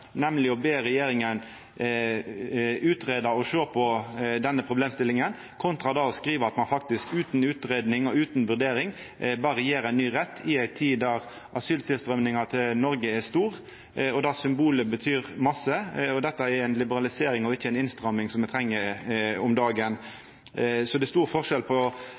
nemleg å be regjeringa utgreia og sjå på denne problemstillinga, kontra det å skriva at ein, faktisk utan utgreiing og utan vurdering, bad regjeringa om ein ny rett i ei tid då asyltilstrøyminga til Noreg er stor. Det symbolet betyr mykje. Dette er ei liberalisering og ikkje ei innstramming, som me treng no om dagen. Så det er stor forskjell på